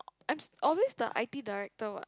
I'm always the i_t director what